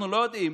אנחנו לא יודעים.